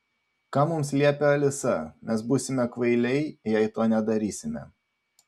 ką mums liepia alisa mes būsime kvailiai jei to nedarysime